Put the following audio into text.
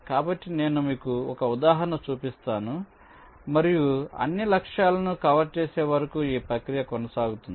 కాబట్టి నేను మీకు ఒక ఉదాహరణ చూపిస్తాను మరియు అన్ని లక్ష్యాలను కవర్ చేసే వరకు ఈ ప్రక్రియ కొనసాగుతుంది